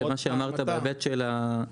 למה שאמרת בהיבט של התחרות.